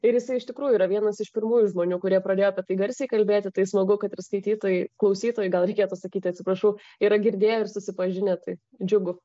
ir jisai iš tikrųjų yra vienas iš pirmųjų žmonių kurie pradėjo apie tai garsiai kalbėti tai smagu kad ir skaitytojai klausytojai gal reikėtų sakyti atsiprašau yra girdėję ir susipažinę tai džiugu